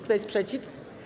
Kto jest przeciw?